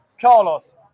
Carlos